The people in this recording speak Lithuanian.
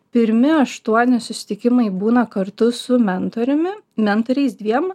pirmi aštuoni susitikimai būna kartu su mentoriumi mentoriais dviem